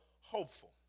hopeful